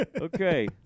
Okay